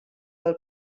del